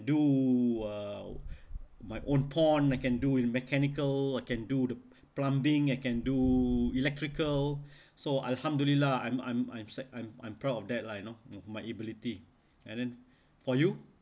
do uh my own pond I can do in mechanical I can do the plumbing I can do electrical so alhamdulillah lah I'm I'm I'm I'm I'm proud of that lah you know my ability and then for you